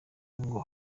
ngo